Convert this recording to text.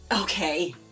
okay